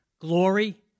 Glory